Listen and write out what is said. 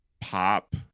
pop